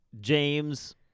James